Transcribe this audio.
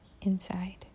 inside